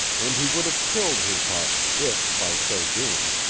and he would have killed his heart if, by so doing,